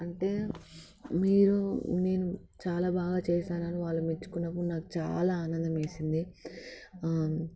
అంటే మీరు నేను చాలా బాగా చేశానని వాళ్ళు మెచ్చుకున్నప్పుడు నాకు చాలా ఆనందం వేసింది